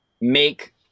make